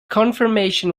confirmation